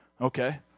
okay